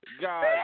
God